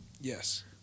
Yes